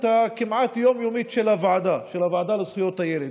הכמעט יום-יומית של הוועדה לזכויות הילד.